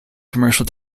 commercial